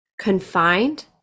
Confined